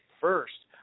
first